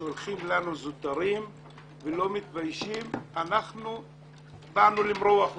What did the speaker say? ששולחים לנו זוטרים ולא מתביישים באנו למרוח אתכם.